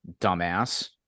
dumbass